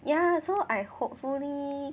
ya so I hopefully